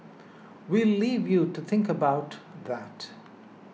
we'll leave you to think about that